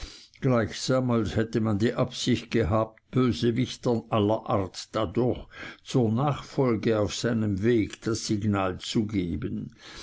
gleichsam als hätte man die absicht gehabt bösewichtern aller art dadurch zur nachfolge auf seinem wege das signal zu geben